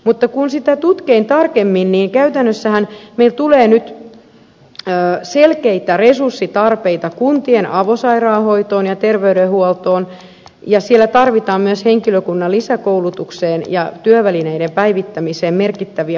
mutta kun sitä tutkin tarkemmin niin käytännössähän meille tulee nyt selkeitä resurssitarpeita kuntien avosairaanhoitoon ja terveydenhuoltoon ja siellä tarvitaan myös henkilökunnan lisäkoulutukseen ja työvälineiden päivittämiseen merkittäviä panostuksia